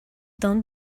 d’un